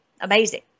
Amazing